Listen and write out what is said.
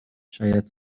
شاید